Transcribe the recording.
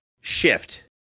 shift